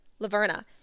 Laverna